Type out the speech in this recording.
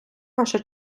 наша